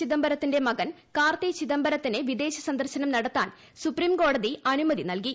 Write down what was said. ചിദംബരത്തിന്റെ മകൻ കാർത്തി ചിദംബരത്തിന് വിദേശ സന്ദർശനം നടത്താൻ സുപ്രീംകോടതി അനുമതി നൽകി